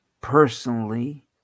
personally